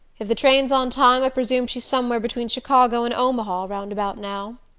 if the train's on time i presume she's somewhere between chicago and omaha round about now.